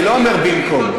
אני לא אומר, במקום.